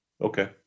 Okay